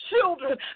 children